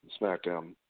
SmackDown